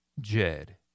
Jed